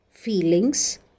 feelings